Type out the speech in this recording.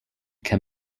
can